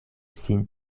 sin